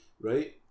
right